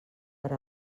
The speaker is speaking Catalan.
per